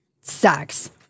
sucks